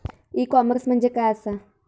E commerce म्हणजे काय असा?